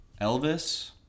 Elvis